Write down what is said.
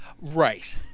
Right